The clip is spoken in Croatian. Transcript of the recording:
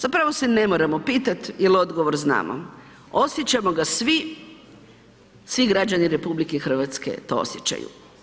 Zapravo se ne moramo pitati jel odgovor znamo, osjećamo ga svi, svi građani RH to osjećaju.